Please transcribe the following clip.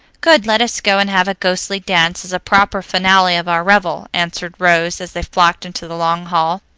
good, let us go and have a ghostly dance, as a proper finale of our revel, answered rose as they flocked into the long hall.